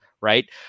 right